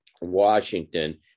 Washington